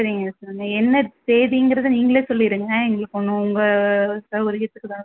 சரிங்க சாமி என்ன தேதிங்கிறத நீங்களே சொல்லிடுங்க எங்களுக்கு ஒன்றும் உங்கள் சவுகரியத்துக்கு தானுங்க